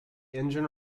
engine